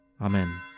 Amen